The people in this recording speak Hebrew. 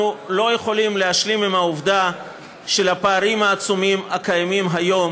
אנחנו לא יכולים להשלים עם הפערים העצומים הקיימים היום